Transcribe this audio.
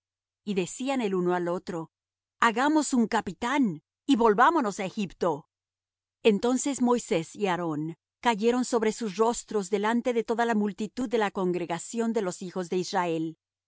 y decían el uno al otro hagamos un capitán y volvámonos á egipto entonces moisés y aarón cayeron sobre sus rostros delante de toda la multitud de la congregación de los hijos de israel